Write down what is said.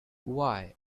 why